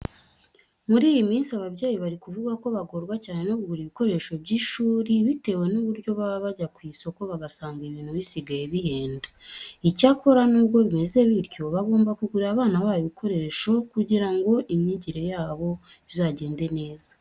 Muri iyi minsi ababyeyi bari kuvuga ko bagorwa cyane no kugura ibikoresho by'ishuri bitewe n'uburyo baba bajya ku isoko bagasanga ibintu bisigaye bihenda. Icyakora nubwo bimeze bityo, bagomba kugurira abana babo ibikoresho kugira ngo imyigire yabo izagende neza.